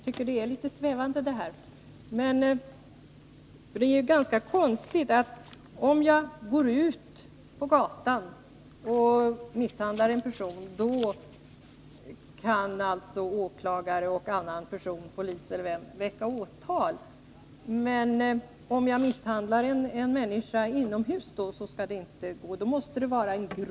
Herr talman! Jag tycker detta är litet svävande. Om jag går ut på gatan och misshandlar en människa, då kan alltså åklagare och annan person — polis eller vem det nu är — väcka åtal. Men om jag misshandlar en människa inomhus, skall det inte gå — såvida det inte är grov misshandel. Det är ganska konstigt.